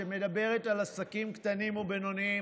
שמדברת על עסקים קטנים ובינוניים,